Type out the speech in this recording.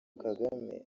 kagame